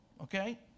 okay